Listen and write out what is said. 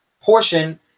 portion